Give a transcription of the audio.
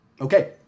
Okay